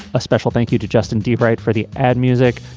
a special thank you to justin debride for the ad music.